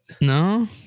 No